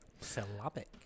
Syllabic